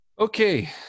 Okay